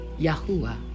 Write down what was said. Yahuwah